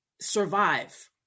survive